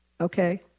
okay